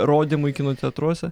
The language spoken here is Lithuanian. rodymui kino teatruose